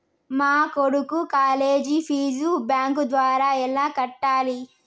మా కొడుకు college fee bank ద్వారా ఎలా కట్టాలి?